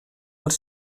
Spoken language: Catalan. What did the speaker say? els